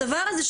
הדבר הזה,